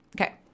Okay